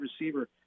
receiver